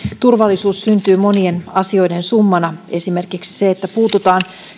turvallisuus syntyy monien asioiden summana esimerkiksi se että puututaan